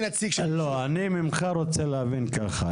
אני רוצה להבין ממך ככה,